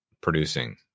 producing